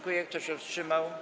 Kto się wstrzymał?